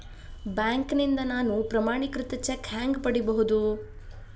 ಬ್ಯಾಂಕ್ನಿಂದ ನಾನು ಪ್ರಮಾಣೇಕೃತ ಚೆಕ್ ಹ್ಯಾಂಗ್ ಪಡಿಬಹುದು?